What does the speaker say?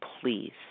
please